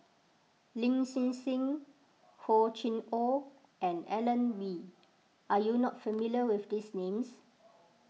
Lin Hsin Hsin Hor Chim or and Alan Oei Are you not familiar with these names